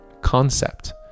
concept